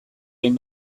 behin